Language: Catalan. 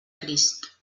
crist